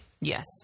Yes